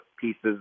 pieces